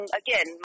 again